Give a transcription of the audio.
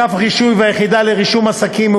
7. אגף רישוי והיחידה לרישום עיסוקים,